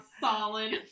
Solid